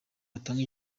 yatanga